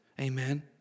Amen